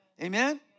Amen